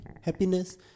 happiness